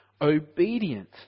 obedient